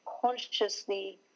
consciously